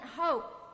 hope